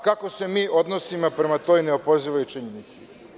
Kako se mi odnosimo prema toj neopozivoj činjenici?